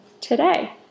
today